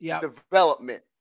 development